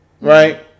right